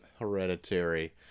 Hereditary